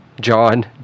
john